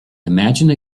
imagine